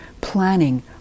planning